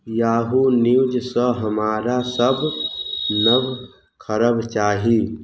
Yahoo न्यूजसँ हमारा सब नव खरब चाही